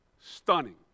stunning